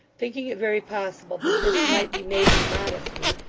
thinking it very possible that this might be maiden modesty,